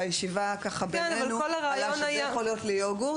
בישיבה בינינו אמרנו שזה יכול להיות שהדוגמנות תהיה בהתחלה ליוגורט